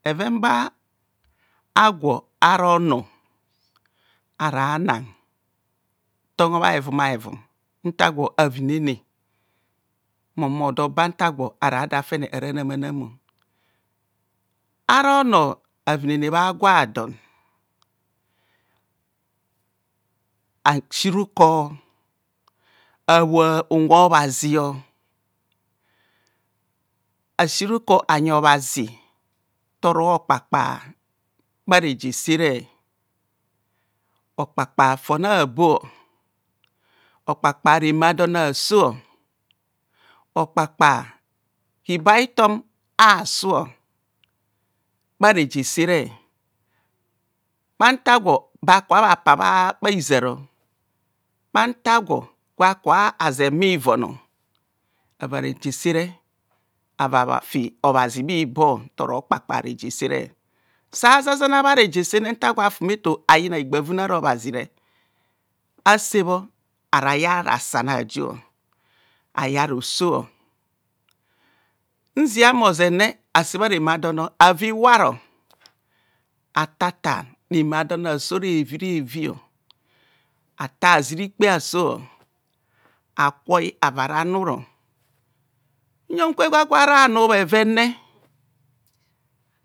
Bheven ba agwo araa onor ara nan hogho bha hevuma'hevum nta gwo avinene mmoba nta gwo ara ra namanam ara onor avinene bha gwa don asi rukor abhoa unwe obhazio esi rukor anyi obhazi ntoro kapkpa bhareje sere okpakpa fon abo okpakpa rema don aso okpakpa hibo a'hitom asu, bhareje sere bhauta gwo baka bha pa bha hizar bhanta gwo gwa kazen bhivon ava reje sere ava afi obhazi bhibo ntoro kpakpa reje sere sa zazana bhare jesere nta gwo afume to ayina higbavune ara obhazire ase bho arayai rasan ajo aya roso nzia mmozenne ase bha remadon ava iwaro atatar remadon aso revi revi atar azirikpe akwo akwoi avaranuro uyenkwa gwo ara nu bhevene